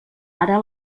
ara